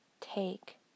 Take